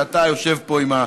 שאתה יושב פה עם,